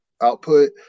output